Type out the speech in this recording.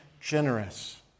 generous